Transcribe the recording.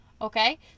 Okay